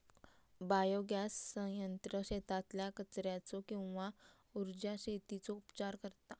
biogas संयंत्र शेतातल्या कचर्याचो किंवा उर्जा शेतीचो उपचार करता